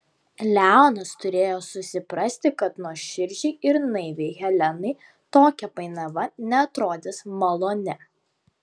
leonas turėjo susiprasti kad nuoširdžiai ir naiviai helenai tokia painiava neatrodys maloni